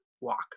walk